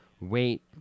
wait